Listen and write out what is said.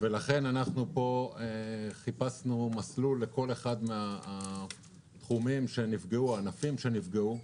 לכן חיפשנו פה מסלול לכל אחד מן הענפים שנפגעו